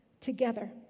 together